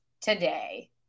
today